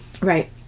Right